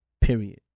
Period